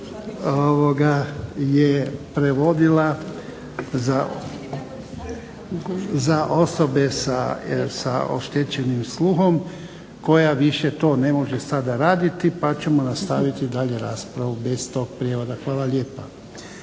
pol je prevodila za osobe sa oštećenim sluhom koja više to ne može sada raditi, pa ćemo nastaviti dalje raspravu bez tog prijevoda. Hvala lijepa.